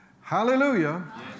Hallelujah